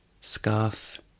scarf